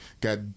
got—